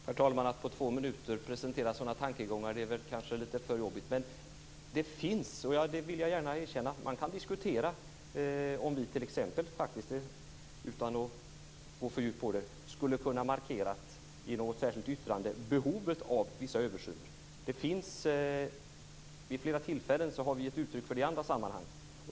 Herr talman! Att på två minuter presentera sådana tankegångar är kanske litet för jobbigt. Men jag erkänner gärna att man kan diskutera om vi t.ex., utan att gå för djupt in på det, faktiskt skulle ha kunnat markera i något särskilt yttrande behovet av vissa översyner. Vid flera tillfällen har vi gett uttryck för det i andra sammanhang.